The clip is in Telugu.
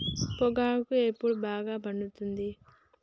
పొగాకు ఎప్పుడు బాగా పండుతుంది?